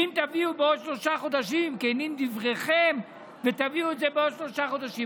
ואם כנים דבריכם ותביאו בעוד שלושה חודשים,